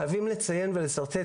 חייבים לציין ולשרטט